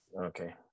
okay